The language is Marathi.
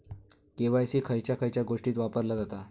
के.वाय.सी खयच्या खयच्या गोष्टीत वापरला जाता?